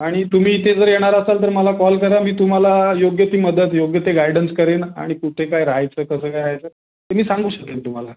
आणि तुम्ही इथे जर येणार असाल तर मला कॉल करा मी तुम्हाला योग्य ती मदत योग्य ते गायडन्स करेन आणि कुठे काय राह्यचं कसं काय राह्यचं ते मी सांगू शकेन तुम्हाला